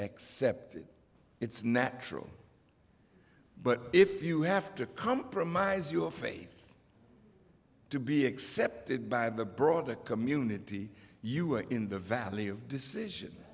accepted it's natural but if you have to compromise your faith to be accepted by the broader community you are in the valley of decision